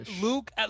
Luke